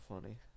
funny